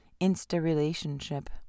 insta-relationship